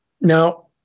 Now